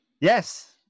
Yes